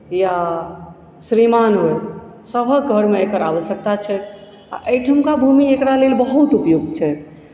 या श्रीमान होथि सभके घरमे एकर आवश्यकता छै आओर एहिठुमका भूमि एकरा लेल बहुत उपयुक्त छै